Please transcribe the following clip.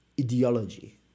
ideology